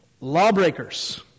lawbreakers